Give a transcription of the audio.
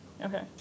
Okay